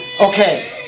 Okay